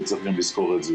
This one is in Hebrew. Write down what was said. וצריך גם לזכור את זה.